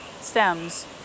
stems